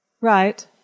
Right